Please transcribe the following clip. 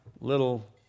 little